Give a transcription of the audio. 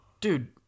dude